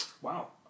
Wow